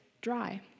dry